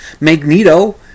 Magneto